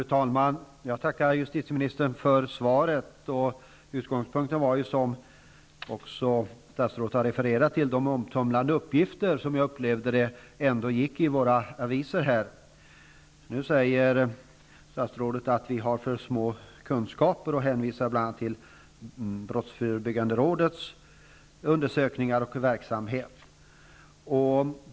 Fru talman! Jag tackar justitieministern för svaret. Utgångspunkten var, som statsrådet också har refererat, de som jag upplevde det omtumlande uppgifter som återgavs i våra aviser. Nu säger statsrådet att vi har för små kunskaper och hänvisar bl.a. till Brottsförebyggande rådets undersökningar och verksamhet.